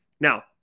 now